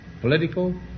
political